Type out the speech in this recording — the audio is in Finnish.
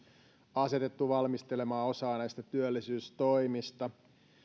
asetettu valmistelemaan osaa työllisyystoimista